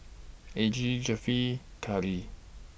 Algie Josefita Cathi